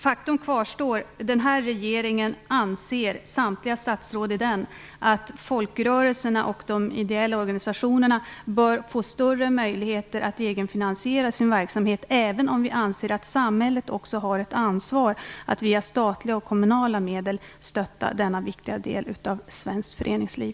Faktum kvarstår: samtliga statsråd i regeringen anser att folkrörelserna och de ideella organisationerna bör få större möjligheter att egenfinansiera sin verksamhet, samtidigt som vi anser att också samhället har ett ansvar att via statliga och kommunala medel stötta denna viktiga del av svenskt föreningsliv.